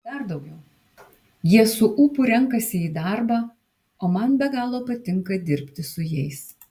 dar daugiau jie su ūpu renkasi į darbą o man be galo patinka dirbti su jais